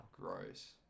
Gross